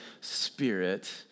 Spirit